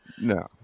No